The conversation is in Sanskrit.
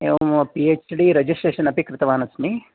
एवं पी एच् डी रेजिस्ट्रेशन् अपि कृतवान् अस्मि